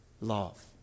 love